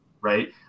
right